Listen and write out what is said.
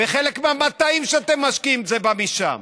וחלק מהמטעים שאתם משקים, זה בא משם.